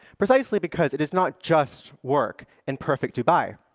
precisely because it does not just work in perfect dubai.